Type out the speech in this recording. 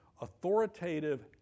authoritative